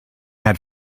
had